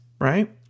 right